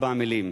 ארבע מלים: